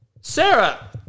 Sarah